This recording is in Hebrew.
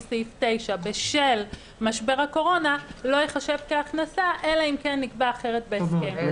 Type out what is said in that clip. סעיף 9 בשל משבר הקורונה לא ייחשב כהכנסה אלא אם כן נקבע אחרת בהסכם.